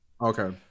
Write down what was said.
Okay